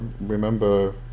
remember